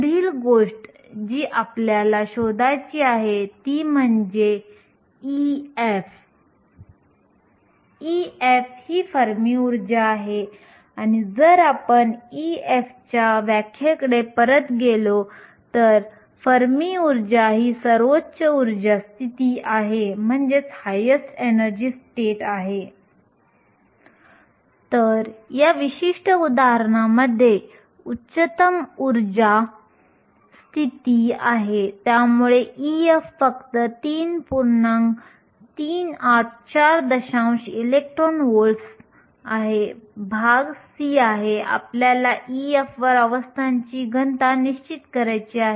फक्त गतिशीलतेच्या मूल्यांवर आधारित गॅलियम आर्सेनाइड ही निवड असेल कारण गॅलियम आर्सेनाइडचे सर्वोच्च मूल्य 8500 आहे जे सिलिकॉनच्या तुलनेत जवळजवळ 6 पट किंवा 7 पट जास्त आहे परंतु जर आपण सिग्मासाठी अभिव्यक्ती पाहिली तर ते केवळ गतिशीलतेवर अवलंबून नाही तर ते छिद्रांमधील इलेक्ट्रॉनच्या प्रमाणावर देखील अवलंबून असते